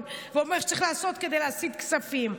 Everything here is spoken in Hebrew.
ואומר שצריך לעשות כדי להסיט כספים,